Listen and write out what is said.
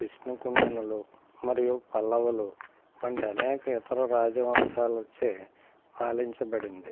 విష్ణుకుండెనులు మరియు పల్లవులు వంటి అనేక ఇతర రాజ వంశీయులచే పాలించబడింది